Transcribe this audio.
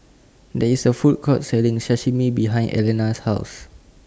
There IS A Food Court Selling Sashimi behind Alana's House